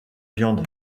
viande